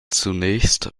zunächst